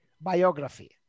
biography